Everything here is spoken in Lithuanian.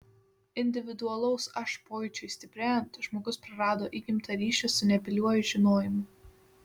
individualaus aš pojūčiui stiprėjant žmogus prarado įgimtą ryšį su nebyliuoju žinojimu